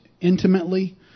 intimately